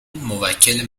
موکل